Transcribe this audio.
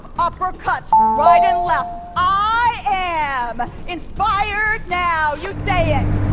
uppercut, right and left. i am inspired now. you say it!